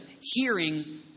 hearing